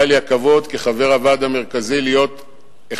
היה לי הכבוד כחבר הוועד המרכזי להיות אחד